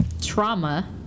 trauma